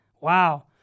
Wow